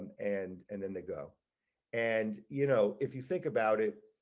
and and then they go and you know if you think about it.